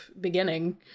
beginning